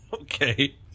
Okay